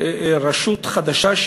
רשות חדשה,